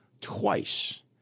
twice